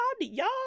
Y'all